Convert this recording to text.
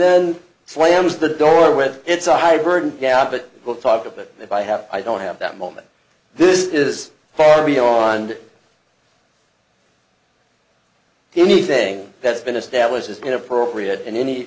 then slams the door whether it's a high burden yeah but we'll talk about it if i have i don't have that moment this is far beyond anything that's been established has been appropriate and any